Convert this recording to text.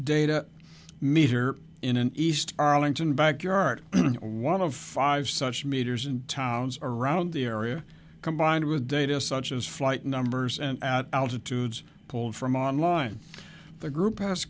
data meter in an east arlington backyard one of five such meters in towns around the area combined with data such as flight numbers and at altitudes pulled from on line the group pas